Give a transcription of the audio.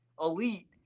elite